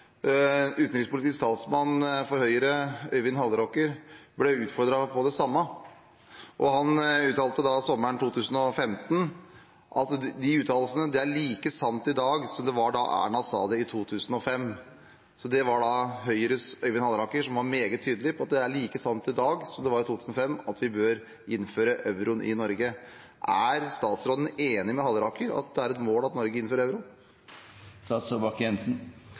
Utenrikspolitisk talsmann for Høyre, Øyvind Halleraker, ble utfordret på det samme, og han uttalte sommeren 2015: «Det er like sant i dag som det var da Erna sa det i 2005.» Høyres Øyvind Halleraker var meget tydelig på at det er like sant i dag som det var i 2005 at vi bør innføre euroen i Norge. Er statsråden enig med representanten Halleraker i at det er et mål at Norge innfører euro?